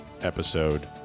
episode